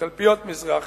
תלפיות-מזרח,